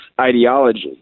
ideology